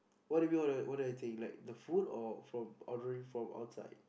what do you mean what do I think like the food or from ordering from outside